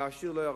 והעשיר לא ירבה.